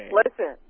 listen